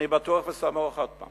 אני בטוח וסמוך עוד פעם